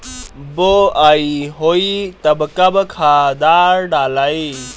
बोआई होई तब कब खादार डालाई?